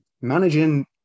managing